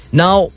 now